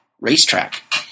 racetrack